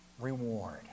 Reward